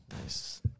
Nice